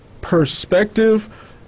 perspective